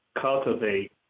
cultivate